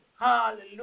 Hallelujah